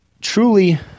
truly –